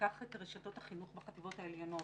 תיקח למשל את רשתות החינוך בחטיבות העליונות,